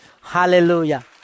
Hallelujah